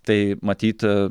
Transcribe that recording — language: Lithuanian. tai matyt